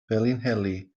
felinheli